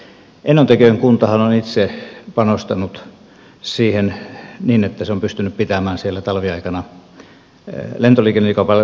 enontekiön kuntahan on itse panostanut siihen niin että se on pystynyt pitämään siellä talviaikana lentoliikennettä joka palvelee erityisesti matkailijoita